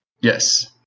Yes